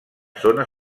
zona